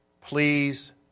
please